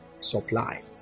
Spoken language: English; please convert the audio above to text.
supply